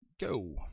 go